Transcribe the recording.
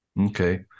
Okay